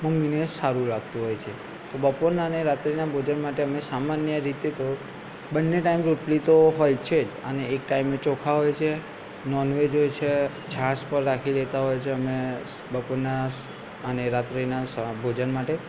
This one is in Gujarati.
મમ્મીને સારું લાગતું હોય છે તો બપોરના અને રાત્રિના ભોજન માટે અમે સામાન્ય રીતે તો બન્ને ટાઈમ રોટલી તો હોય છે અને એક ટાઈમે ચોખા હોય છે નોનવેજ હોય છે છાસ પણ રાખી લેતા હોય છે અમે બપોરના અને રાત્રિના સ ભોજન માટે